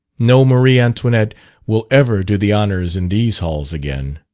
no marie antoinette will ever do the honours in these halls again.